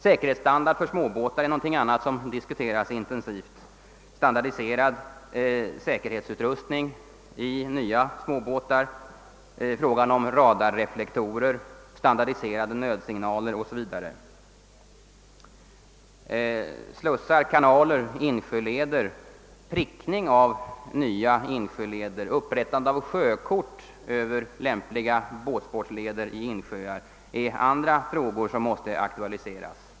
Säkerhetsstandard för småbåtar är något annat som diskuteras intensivt: standardiserad säkerhetsutrustning i nya småbåtar, frågan om radarreflektorer, — standardiserade = nödsignaler o.s.v. Slussar, kanaler, insjöleder, prickning av nya insjöleder och upprättande av sjökort över lämpliga båtsportsleder i insjöar är andra frågor som måste aktualiseras.